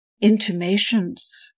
intimations